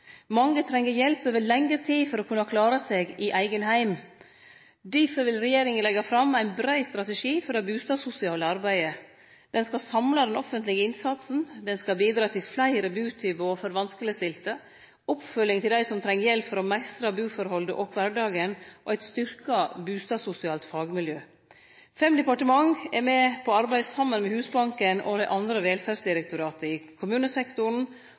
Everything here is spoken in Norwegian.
Mange treng hjelp over lengre tid for å kunne klare seg i eigen heim. Difor vil regjeringa leggje fram ein brei strategi for det bustadsosiale arbeidet. Ein skal samle den offentlege innsatsen, bidra til fleire butilbod for fleire vanskelegstilte, følgje opp dei som treng hjelp for å mestre buforholdet og kvardagen og styrkje det bustadsosiale fagmiljøet. Fem departement er med på å arbeide saman med Husbanken og dei andre velferdsdirektorata i kommunesektoren,